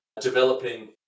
developing